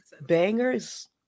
Bangers